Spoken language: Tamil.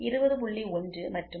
1 மற்றும் குறைந்த வரம்பு 19